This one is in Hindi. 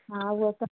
हाँ वैसे